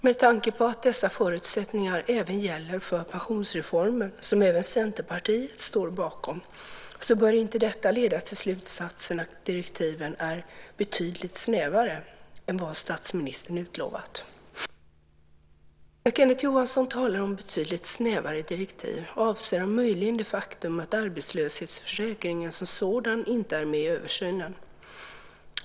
Med tanke på att dessa förutsättningar även gäller för pensionsreformen, som även Centerpartiet står bakom, bör inte detta leda till slutsatsen att direktiven är "betydligt snävare" än vad statsministern utlovat. När Kenneth Johansson talar om betydligt snävare direktiv avser han möjligen det faktum att arbetslöshetsförsäkringen som sådan inte är med i översynen.